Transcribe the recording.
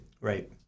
Right